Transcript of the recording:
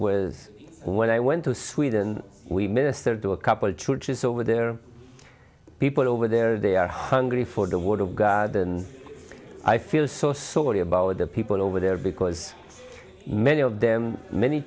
with when i went to sweden we minister to a couple of churches over there people over there they are hungry for the word of god and i feel so sorely about the people over there because many of them many